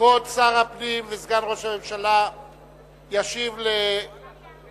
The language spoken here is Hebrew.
כבוד שר הפנים וסגן ראש הממשלה ישיב על כל